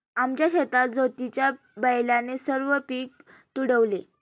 आमच्या शेतात ज्योतीच्या बैलाने सर्व पीक तुडवले